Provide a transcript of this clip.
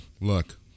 look